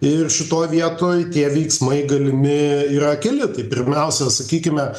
ir šitoj vietoj tie veiksmai galimi yra keli tai pirmiausia sakykime